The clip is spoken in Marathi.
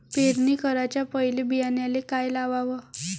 पेरणी कराच्या पयले बियान्याले का लावाव?